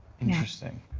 Interesting